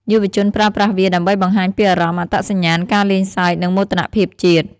យុវជនប្រើប្រាស់វាដើម្បីបង្ហាញពីអារម្មណ៍ អត្តសញ្ញាណ ការលេងសើច និងមោទនភាពជាតិ។